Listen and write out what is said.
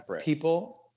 people